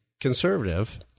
conservative